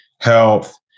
health